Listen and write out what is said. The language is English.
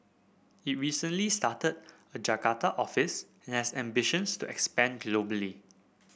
it recently started a Jakarta office and has ambitions to expand globally